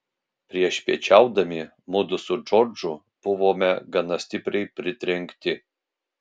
priešpiečiaudami mudu su džordžu buvome gana stipriai pritrenkti